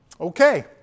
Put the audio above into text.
Okay